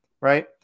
Right